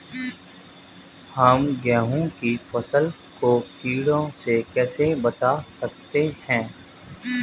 हम गेहूँ की फसल को कीड़ों से कैसे बचा सकते हैं?